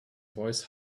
voice